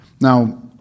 Now